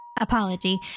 apology